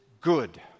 good